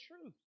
truth